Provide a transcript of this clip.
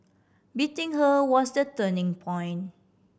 beating her was the turning point